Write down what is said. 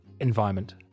environment